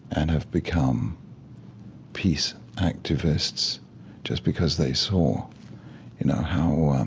and have become peace activists just because they saw how